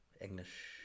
English